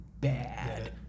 bad